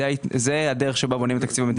זו הדרך שבה בונים את תקציב המדינה.